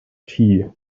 tea